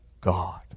God